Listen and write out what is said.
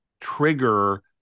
trigger